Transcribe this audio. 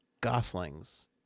Gosling's